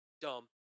Dumb